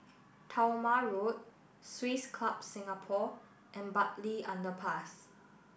Talma Road Swiss Club Singapore and Bartley Underpass